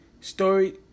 story